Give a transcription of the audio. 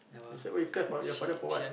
she said why you cry for your father for what